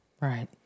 Right